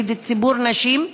נגד ציבור נשים,